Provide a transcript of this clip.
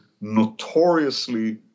notoriously